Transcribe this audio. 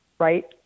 Right